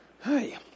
Hi